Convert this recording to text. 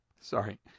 Sorry